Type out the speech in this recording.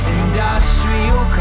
industrial